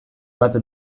bat